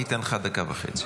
אני אתן לך דקה וחצי.